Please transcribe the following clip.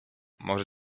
może